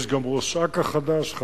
יש גם ראש אכ"א חדשה,